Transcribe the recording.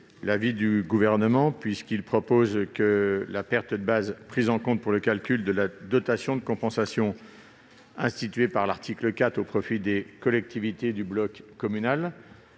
? Cet amendement a pour objet que la perte de base prise en compte pour le calcul de la dotation de compensation instituée par l'article 4 au profit des collectivités du bloc communal